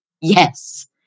Yes